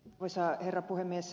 arvoisa herra puhemies